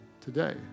today